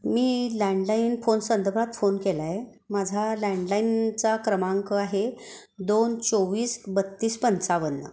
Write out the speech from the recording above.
मी landline phone संदर्भात phone केला आहे माझा लँडलाईनचा क्रमांक आहे दोन चोवीस बत्तीस पंचावन्न